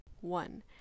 One